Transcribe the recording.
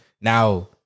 Now